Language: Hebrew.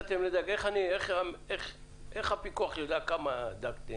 איך הפיקוח יודע כמה דגתם?